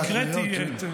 הקראתי.